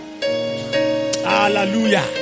hallelujah